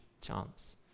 chance